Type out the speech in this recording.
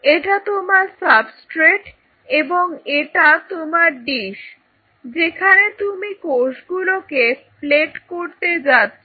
এটা তোমার সাবস্ট্রেট এবং এটা তোমার ডিস যেখানে তুমি কোষগুলোকে প্লেট করতে যাচ্ছ